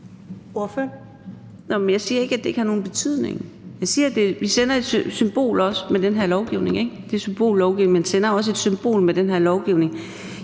Jeg siger ikke, at det ikke har nogen betydning. Jeg siger, at vi også sender et signal med den her lovgivning.